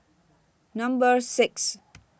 Number six